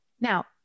Now